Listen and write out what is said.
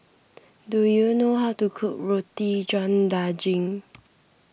do you know how to cook Roti John Daging